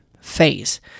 phase